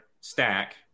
stack